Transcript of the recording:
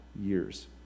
years